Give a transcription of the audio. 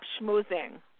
schmoozing